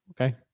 Okay